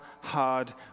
hard